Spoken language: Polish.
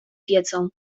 wiedzą